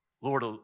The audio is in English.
Lord